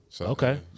Okay